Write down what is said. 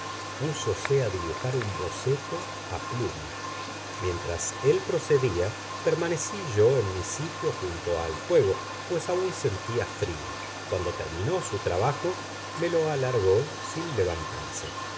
púsose a dibujar un boceto a pluma mientras él procedía permanecí yo en mi sitio junto al fuego pues aun sentía frío cuando terminó su trabajo me lo alargó sin levantarse